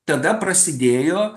tada prasidėjo